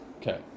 Okay